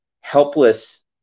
helpless